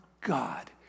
God